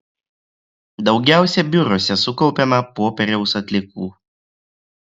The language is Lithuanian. daugiausiai biuruose sukaupiama popieriaus atliekų